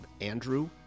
andrew